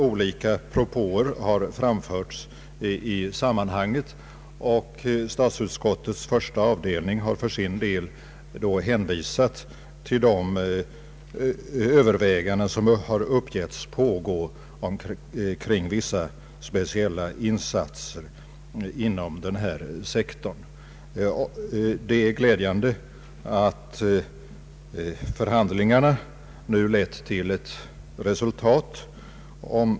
Olika propåer har framförts i sammanhanget, och statsutskottets första avdelning har för sin del hänvisat till de överväganden som uppgivits pågå kring vissa speciella insatser inom denna sektor. Det är glädjande att förhandlingarna nu har lett till ett resultat.